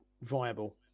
viable